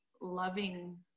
loving